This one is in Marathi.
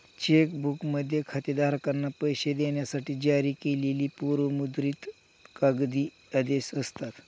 चेक बुकमध्ये खातेधारकांना पैसे देण्यासाठी जारी केलेली पूर्व मुद्रित कागदी आदेश असतात